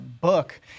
book